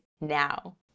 now